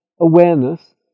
awareness